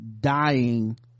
dying